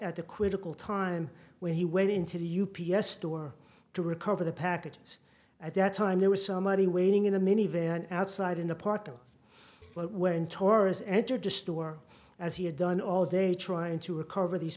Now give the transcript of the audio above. at the quizzical time when he went into the u p s store to recover the packages at that time there was somebody waiting in a minivan outside in a part of when torres entered the store as he had done all day trying to recover these